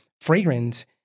fragrance